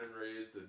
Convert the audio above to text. raised